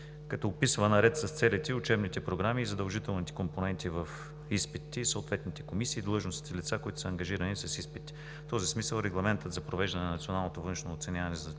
като описва, наред с целите, и учебните програми, и задължителните компоненти в изпитите, и съответните комисии, и длъжностните лица, които са ангажирани с изпитите. В този смисъл регламентът за провеждане на националното външно оценяване